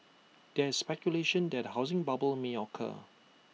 there is speculation that A housing bubble may occur